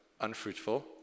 unfruitful